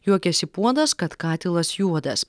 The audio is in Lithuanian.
juokiasi puodas kad katilas juodas